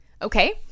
Okay